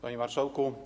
Panie Marszałku!